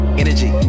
energy